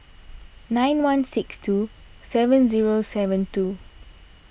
nine one six two seven zero seven two